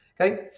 okay